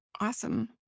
awesome